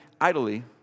idly